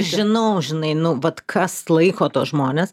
žinau žinai nu vat kas laiko tuos žmones